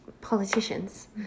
politicians